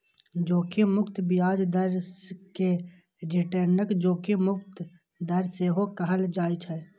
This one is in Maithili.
जोखिम मुक्त ब्याज दर कें रिटर्नक जोखिम मुक्त दर सेहो कहल जाइ छै